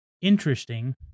interesting